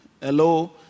Hello